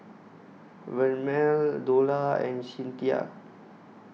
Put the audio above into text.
Vernelle Dola and Cinthia